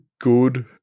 good